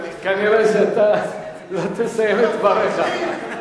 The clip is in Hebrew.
כנראה אתה לא תסיים את דבריך.